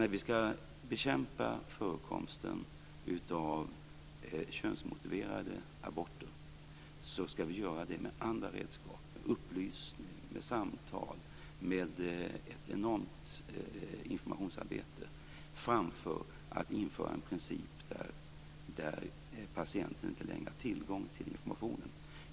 När vi skall bekämpa förekomsten av könsmotiverade aborter skall vi alltså göra det med andra redskap - med upplysning, med samtal, med ett enormt informationsarbete - framför att tillämpa en princip där patienten inte längre har tillgång till informationen.